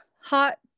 hot